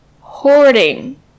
hoarding